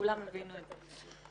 כולם הבינו את זה.